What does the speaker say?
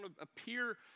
appear